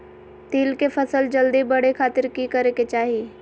तिल के फसल जल्दी बड़े खातिर की करे के चाही?